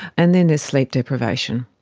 and then there's sleep deprivation,